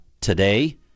today